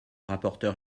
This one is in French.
rapporteur